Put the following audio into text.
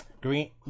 Green